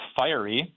fiery